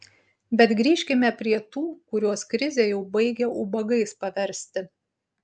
bet grįžkime prie tų kuriuos krizė jau baigia ubagais paversti